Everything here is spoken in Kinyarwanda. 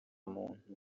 muntu